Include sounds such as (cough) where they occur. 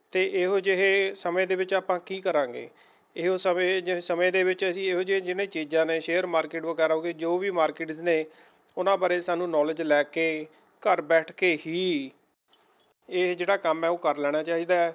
ਅਤੇ ਇਹੋ ਜਿਹੇ ਸਮੇਂ ਦੇ ਵਿੱਚ ਆਪਾਂ ਕੀ ਕਰਾਂਗੇ ਇਹੋ ਸਮੇਂ ਜਿਹੇ ਸਮੇਂ ਦੇ ਵਿੱਚ ਅਸੀਂ ਇਹੋਂ ਜਿਹੀ (unintelligible) ਚੀਜ਼ਾਂ ਨੇ ਸ਼ੇਅਰ ਮਾਰਕਿਟ ਵਗੈਰਾ ਹੋ ਗਈ ਜੋ ਵੀ ਮਾਰਕਿਟਸ ਨੇ ਉਹਨਾਂ ਬਾਰੇ ਸਾਨੂੰ ਨੋਲ਼ੇਜ ਲੈ ਕੇ ਘਰ ਬੈਠ ਕੇ ਹੀ ਇਹ ਜਿਹੜਾ ਕੰਮ ਹੈ ਉਹ ਕਰ ਲੈਣਾ ਚਾਹੀਦਾ ਹੈ